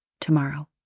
Tomorrow